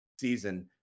season